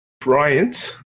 Bryant